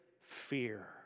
fear